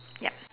yup